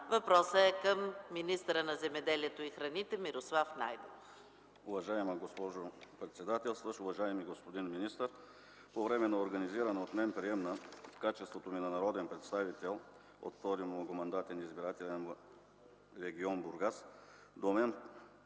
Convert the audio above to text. Въпросът е към министъра на земеделието и храните Мирослав Найденов.